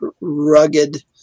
rugged